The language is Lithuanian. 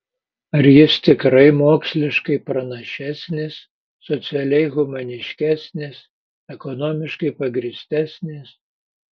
ar jis tikrai moksliškai pranašesnis socialiai humaniškesnis ekonomiškai pagrįstesnis